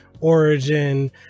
Origin